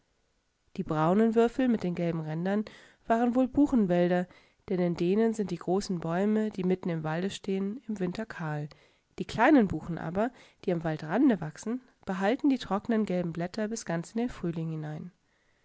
die braunen würfel mit den gelben rändern waren wohl buchenwälder denn in denen sind die großen bäume die mitten im walde stehen imwinterkahl diekleinenbuchenaber dieamwaldrandewachsen behalten die trockenen gelben blätter bis ganz in den frühling hinein